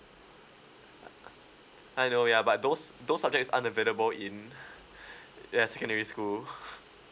uh I know ya but those those subjects aren't available in uh secondary school